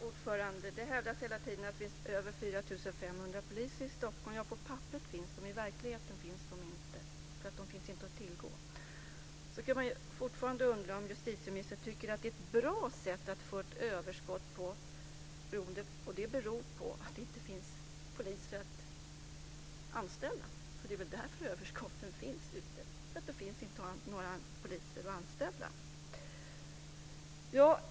Fru talman! Det hävdas hela tiden att det finns över 4 500 poliser i Stockholm. De finns på papperet, i verkligheten finns de inte. De finns inte att tillgå. Jag undrar fortfarande om justitieministern tycker att det är bra att polisen får ett överskott beroende på att det inte finns poliser att anställa. Det är därför överskotten finns hos polismyndigheterna. Det finns inte några poliser att anställa.